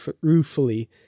ruefully